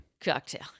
cocktail